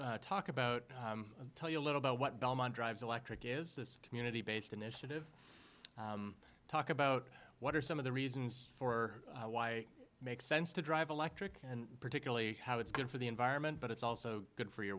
what talk about tell you a little bit what delmon drives electric is this community based initiative talk about what are some of the reasons for why makes sense to drive electric and particularly how it's good for the environment but it's also good for your